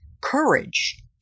courage